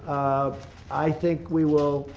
i think we will,